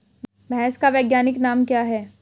भैंस का वैज्ञानिक नाम क्या है?